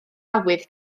awydd